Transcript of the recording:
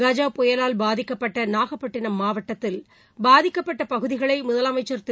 கஜ புயலால் பாதிக்கப்பட்ட நாகப்பட்டினம் மாவட்டத்தில் பாதிக்கப்பட்ட பகுதிகளை முதலமைச்சர் திரு